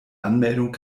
anmeldung